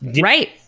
Right